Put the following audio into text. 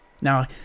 Now